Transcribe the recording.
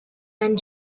and